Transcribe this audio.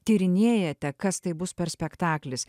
tyrinėjate kas tai bus per spektaklis